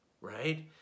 right